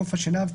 חוף השנהב,